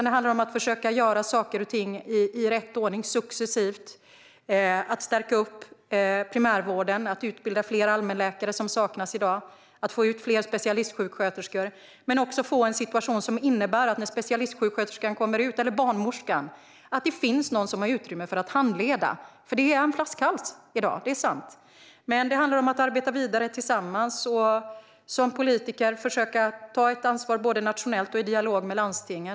Det handlar om att göra saker och ting i rätt ordning, att successivt stärka primärvården, att utbilda fler allmänläkare, som saknas i dag, och att få ut fler specialistsjuksköterskor. Vi behöver också få en situation så att det finns utrymme för handledning när specialistsjuksköterskan eller barnmorskan kommer ut. Det är sant att detta i dag är en flaskhals. Det handlar om att arbeta vidare tillsammans. Som politiker måste man försöka ta ansvar både nationellt och i dialog med landstingen.